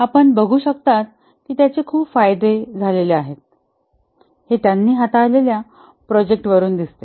आपण बघू शकतात कि त्याचे खूप फायदे झालेले आहेत हे त्यांनी हाताळलेल्या प्रोजेक्ट वरून दिसते